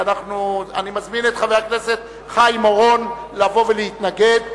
אני מזמין את חבר הכנסת חיים אורון לבוא ולהתנגד,